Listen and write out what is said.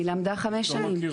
היא למדה חמש שנים.